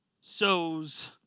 sows